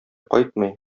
кайтмый